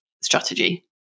strategy